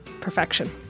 perfection